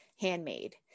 handmade